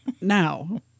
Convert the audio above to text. Now